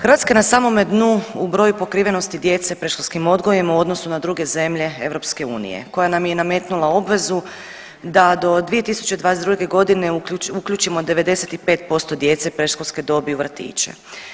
Hrvatska je na samome dnu u broju pokrivenosti djece predškolskim odgojem u odnosu na druge zemlje EU koja nam je nametnula obvezu da do 2022. godine uključimo 95% djece predškolske dobi u vrtiće.